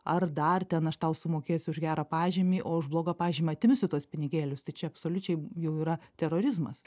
ar dar ten aš tau sumokėsiu už gerą pažymį o už blogą pažymį atimsiu tuos pinigėlius tai čia absoliučiai jau yra terorizmas